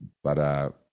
para